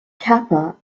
kappa